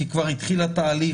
כי כבר התחיל התהליך,